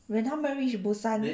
when 他们 reach busan